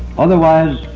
otherwise,